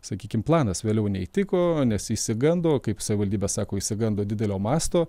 sakykim planas vėliau neįtiko nes išsigando kaip savivaldybė sako išsigando didelio masto